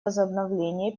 возобновление